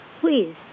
please